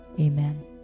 amen